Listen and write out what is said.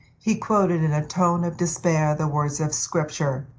he quoted, in a tone of despair, the words of scripture,